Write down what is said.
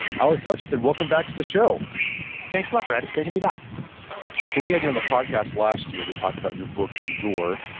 alex hutchinson, welcome back to the show thanks a lot, brett. it's good to be back so we had you on the podcast last year to talk about your book, endure,